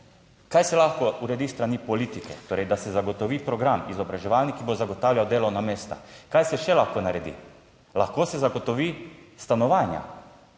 Kaj se lahko uredi s strani politike? Torej, da se zagotovi program izobraževanja, ki bo zagotavljal delovna mesta, kaj se še lahko naredi? Lahko se zagotovi stanovanja.